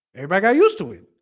may brag i used to it